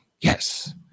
Yes